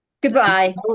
Goodbye